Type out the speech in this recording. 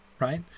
right